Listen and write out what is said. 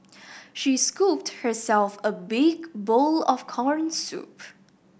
she scooped herself a big bowl of corn soup